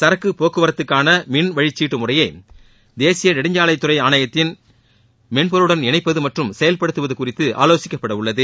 சரக்கு போக்குவரத்துக்கான மின் வழிக்சீட்டு முறையை தேசிய நெடுஞ்சாலைத்துறை ஆணையத்தின் மென் பொருளுடன் இணைப்பது மற்றும் செயல்படுத்துவது குறித்து ஆலோசிக்கப்படவுள்ளது